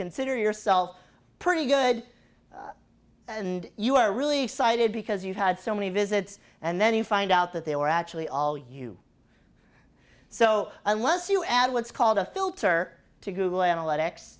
consider yourself pretty good and you are really excited because you had so many visits and then you find out that they were actually all you so unless you add what's called a filter to google analytics